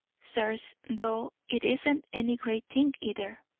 sirs, though it isn't any great thing, either.